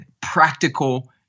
practical